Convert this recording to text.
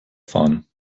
fahren